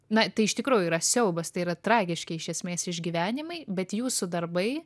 na tai iš tikrųjų yra siaubas tai yra tragiški iš esmės išgyvenimai bet jūsų darbai